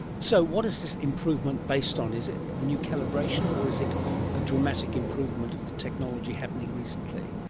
so what is this improvement based on? is it a new calibration or is it a dramatic improvement of the technology happening recently?